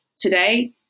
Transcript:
today